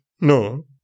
No